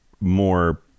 More